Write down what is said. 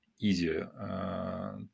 easier